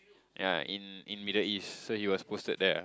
yea in in Middle-East you are posted there